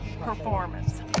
performance